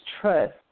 trust